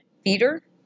Feeder